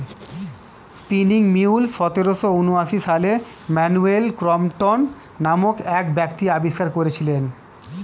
spinning mule সতেরোশো ঊনআশি সালে স্যামুয়েল ক্রম্পটন নামক এক ব্যক্তি আবিষ্কার করেছিলেন